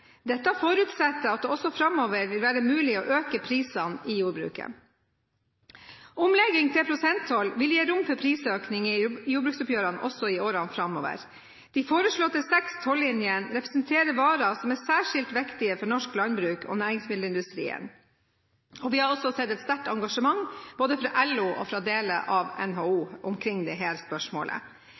Dette forutsetter at det også framover vil være mulig å øke prisene i jordbruket. Omlegging til prosenttoll vil gi rom for prisøkninger i jordbruksoppgjørene også i årene framover. De foreslåtte seks tollinjene representerer varer som er særskilt viktige for norsk landbruk og næringsmiddelindustri. Vi har også sett et sterkt engasjement fra både LO og deler av NHO omkring dette spørsmålet. Vi har levende næringer som høster av naturen i hele Norge. Det